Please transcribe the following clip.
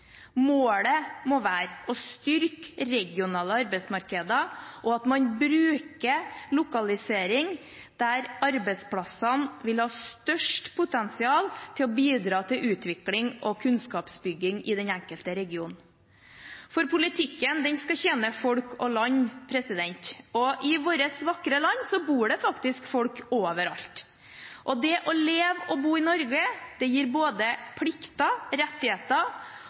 Målet må være å styrke regionale arbeidsmarkeder, og at man bruker lokalisering der arbeidsplassene vil ha størst potensial til å bidra til utvikling og kunnskapsbygging i den enkelte region. Politikken skal tjene folk og land, og i vårt vakre land bor det faktisk folk overalt. Det å leve og bo i Norge gir både plikter, rettigheter